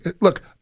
Look